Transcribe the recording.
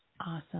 awesome